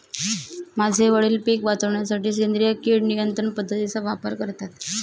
माझे वडील पिक वाचवण्यासाठी सेंद्रिय किड नियंत्रण पद्धतीचा वापर करतात